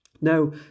now